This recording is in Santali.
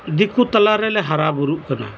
ᱫᱤᱠᱩ ᱛᱟᱞᱟᱨᱮᱞᱮ ᱦᱟᱨᱟ ᱵᱩᱨᱩᱜ ᱠᱟᱱᱟ